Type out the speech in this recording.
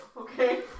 Okay